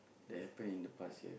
that happen in the past year